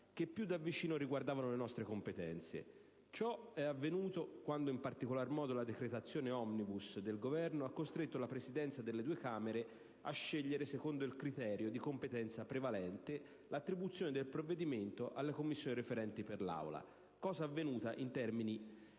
che più da vicino riguardavano le nostre competenze. Ciò è avvenuto quando, in particolar modo, la decretazione *omnibus* del Governo ha costretto la Presidenza delle due Camere a scegliere secondo il criterio di competenza prevalente l'attribuzione del provvedimento alle Commissioni referenti per l'Aula, cosa avvenuta in termini